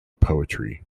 poetry